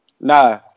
Nah